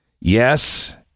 Yes